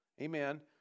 amen